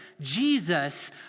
Jesus